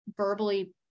verbally